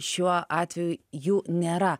šiuo atveju jų nėra